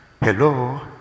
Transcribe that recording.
Hello